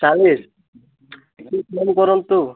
ଚାଳିଶ ଟିକିଏ କମ କରନ୍ତୁ